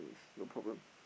is no problems